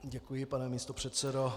Děkuji, pane místopředsedo.